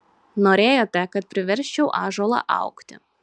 norėjote kad priversčiau ąžuolą augti